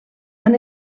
han